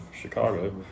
Chicago